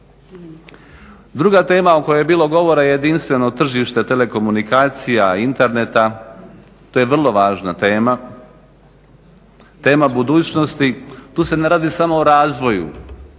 Druga tema o kojoj je bilo govora je jedinstveno tržište komunikacija, interneta. To je vrlo važna tema. Tema budućnosti. Tu se ne radi samo o razvoju